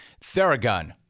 Theragun